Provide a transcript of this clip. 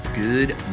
Good